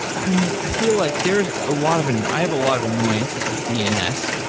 i mean, i feel like there's a lot of and i have a lot of annoyances with dns.